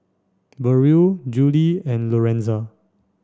Burrell Juli and Lorenza